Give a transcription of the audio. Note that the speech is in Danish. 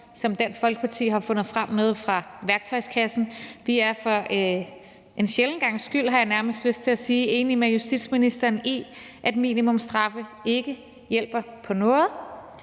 Dansk Folkeparti har fundet frem nede fra værktøjskassen. Vi er for en sjælden gangs skyld, har jeg nærmest lyst til at sige, enig med justitsministeren i, at minimumsstraffe ikke hjælper på noget.